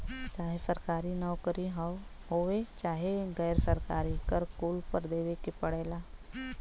चाहे सरकारी नउकरी होये चाहे गैर सरकारी कर कुल पर देवे के पड़ला